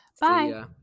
Bye